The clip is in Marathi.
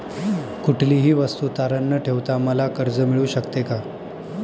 कुठलीही वस्तू तारण न ठेवता मला कर्ज मिळू शकते का?